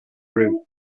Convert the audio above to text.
route